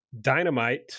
dynamite